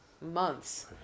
Months